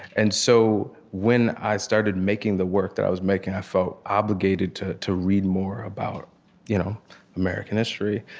and so when i started making the work that i was making, i felt obligated to to read more about you know american history.